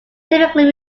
typically